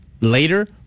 later